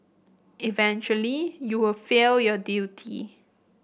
eventually you will fail your duty